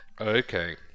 Okay